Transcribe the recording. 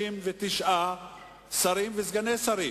לישראלים ולבעלי הרצון הטוב מסביב